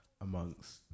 amongst